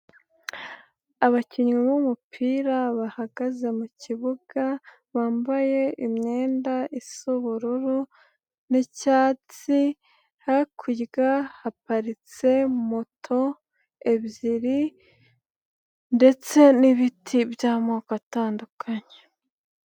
Abakinnyi b'umupira bahagaze mu kibuga bambaye imyenda isa ubururu n'icyatsi, hakurya haparitse moto ebyiri ndetse n'ibiti by'amoko atandukanye.